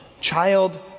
child